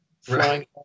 flying